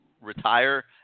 retire